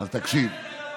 19 שנה בקואליציה,